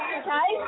okay